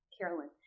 Carolyn